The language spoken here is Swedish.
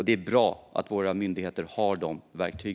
Det är bra att våra myndigheter har dessa verktyg.